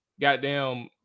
goddamn